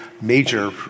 major